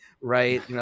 right